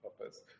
purpose